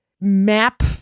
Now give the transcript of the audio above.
map